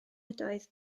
ydoedd